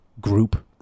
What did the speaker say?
group